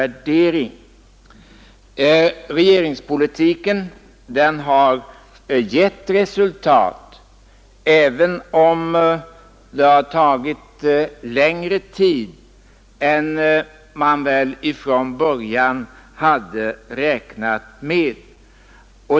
Regeringspolitiken har gett resultat även om det har tagit längre tid än man från början hade räknat med.